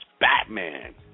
Batman